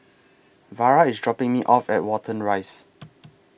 Vara IS dropping Me off At Watten Rise